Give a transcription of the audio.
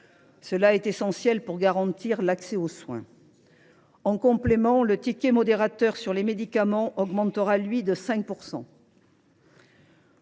C’est essentiel pour garantir l’accès aux soins. En complément, le ticket modérateur sur les médicaments augmentera, lui, de 5 %.